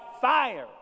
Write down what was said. fire